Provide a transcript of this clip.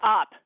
up